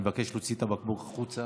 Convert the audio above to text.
אני מבקש להוציא את הבקבוק החוצה.